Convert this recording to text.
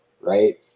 right